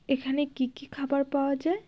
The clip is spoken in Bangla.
এখানে কী কী খাবার পাওয়া যায়